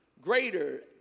greater